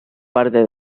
parte